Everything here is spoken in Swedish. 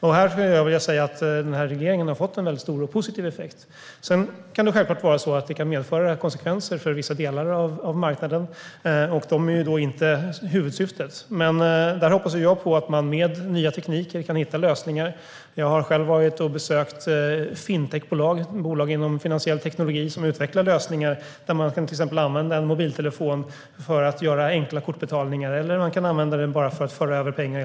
Jag skulle vilja säga att den här regleringen har haft stor och positiv effekt. Det kan självklart vara så att den kan medföra konsekvenser för vissa delar av marknaden, vilket inte är huvudsyftet. Men här hoppas jag att man med nya tekniker kan hitta lösningar. Jag har själv besökt fintechbolag, bolag inom finansiell teknologi, som utvecklar lösningar. Man kan till exempel använda en mobiltelefon för att göra enkla kortbetalningar eller helt enkelt för att föra över pengar.